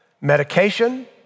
medication